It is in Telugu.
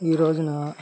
ఈ రోజున